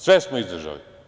Sve smo izdržali.